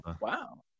Wow